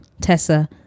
Tessa